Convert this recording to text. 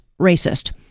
racist